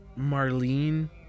Marlene